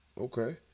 okay